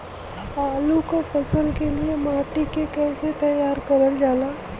आलू क फसल के लिए माटी के कैसे तैयार करल जाला?